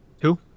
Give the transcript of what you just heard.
Two